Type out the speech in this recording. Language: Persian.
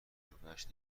تجربهاش